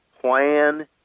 plan